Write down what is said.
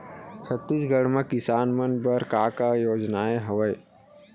छत्तीसगढ़ म किसान मन बर का का योजनाएं हवय?